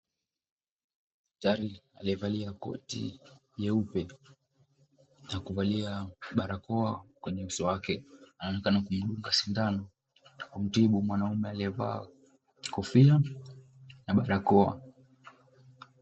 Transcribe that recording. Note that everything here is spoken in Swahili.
Daktari aliyevalia koti jeupe na kuvalia barakoa kwenye uso wake, anaonekana kumdunga sindano kumtibu mwanaume aliyevaa kofia na barakoa.